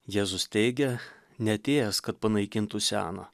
jėzus teigia neatėjęs kad panaikintų seną